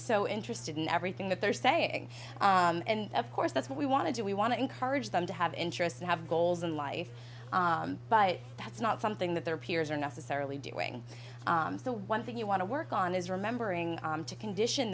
so interested in everything that they're saying and of course that's what we want to do we want to encourage them to have interests and have goals in life but that's not something that their peers are necessarily doing the one thing you want to work on is remembering to condition